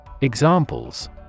Examples